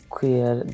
Queer